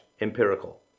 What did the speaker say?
empirical